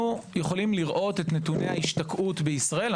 יכולים לראות את נתוני ההשתקעות בישראל,